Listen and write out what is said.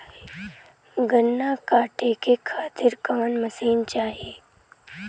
गन्ना कांटेके खातीर कवन मशीन चाही?